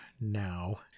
now